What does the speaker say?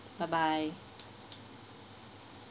bye bye